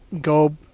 go